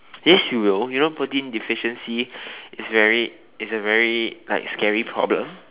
yes you will you know protein deficiency is very is a very like scary problem